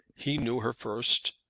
he knew her first.